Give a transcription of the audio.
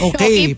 Okay